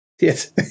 Yes